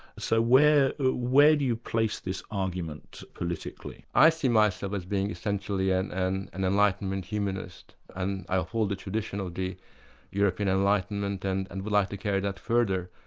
so where where do you place this argument politically? i see myself as being essentially and and an enlightenment humanist and i uphold the tradition of the european enlightenment and and would like to carry that further.